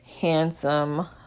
handsome